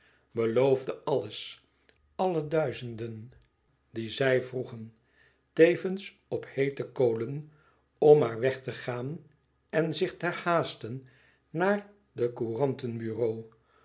beloofde alles alle duizenden die zij vroegen tevens op heete kolen om maar weg te gaan en zich te haasten naar de